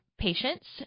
patients